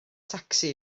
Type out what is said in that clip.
tacsi